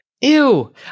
Ew